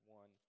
one